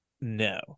No